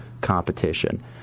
competition